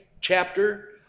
chapter